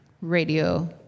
radio